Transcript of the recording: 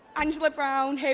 angela brownlee,